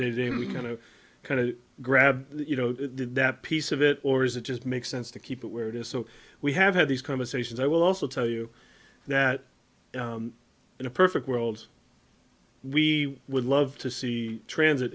going to kind of grab you know that piece of it or is it just makes sense to keep it where it is so we have had these conversations i will also tell you that in a perfect world we would love to see transit